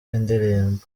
indirimbo